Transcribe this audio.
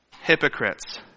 hypocrites